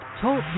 Talk